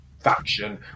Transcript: faction